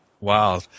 Wow